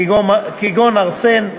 כגון ארסן,